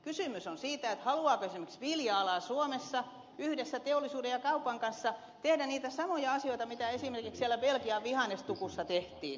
kysymys on siitä haluaako esimerkiksi vilja ala suomessa yhdessä teollisuuden ja kaupan kanssa tehdä niitä samoja asioita mitä esimerkiksi siellä belgian vihannestukussa tehtiin vapaaehtoisuuden pohjalta